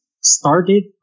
started